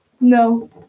No